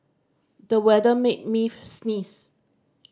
the weather made me sneeze